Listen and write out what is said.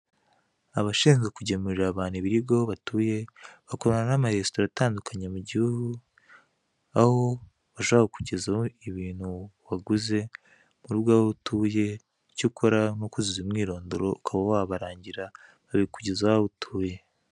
Abashinzwe kugemurira abantu ibiryo batuye, bakorana n'amaresitora atandukanye mu gihugu, aho bashobora kukugezaho ibintu waguze murugo aho utuye, wowe icyo ukora n'ukuzuza umwirondoro ukaba wabaragira bakabikugezaho aho utuye,